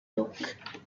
york